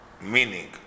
meaning